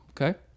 Okay